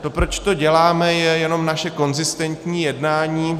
To, proč to děláme, je jenom naše konzistentní jednání.